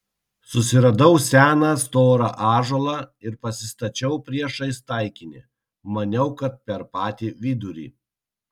susiradau seną storą ąžuolą ir pasistačiau priešais taikinį maniau kad per patį vidurį